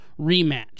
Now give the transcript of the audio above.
rematch